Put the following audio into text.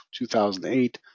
2008